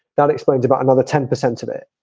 that explains about another ten percent of it.